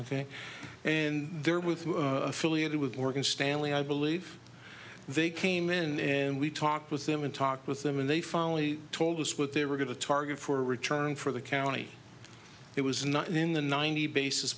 k and there with affiliated with morgan stanley i believe they came in and we talked with them and talked with them and they finally told us what they were going to target for return for the county it was not in the ninety basis